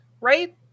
right